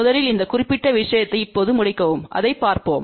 முதலில் இந்த குறிப்பிட்ட விஷயத்தை இப்போது முடிக்கவும் அதைப் பார்ப்போம்